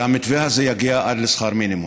שהמתווה הזה יגיע עד לשכר מינימום.